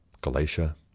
Galatia